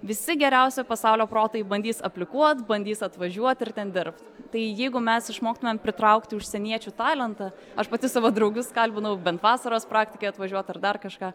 visi geriausi pasaulio protai bandys aplikuot bandys atvažiuot ir ten dirbt tai jeigu mes išmoktumėm pritraukti užsieniečių talentą aš pati savo draugus kalbinau bent vasaros praktikai atvažiuot ar dar kažką